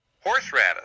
Horseradish